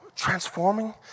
transforming